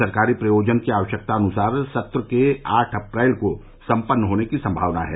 सरकारी प्रयोजन की आवश्यकतानुसार सत्र के आठ अप्रैल को सम्पन्न होने की संमावना है